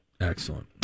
Excellent